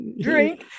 drink